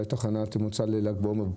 שהייתה תחנת מוצא לל"ג בעומר,